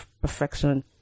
perfection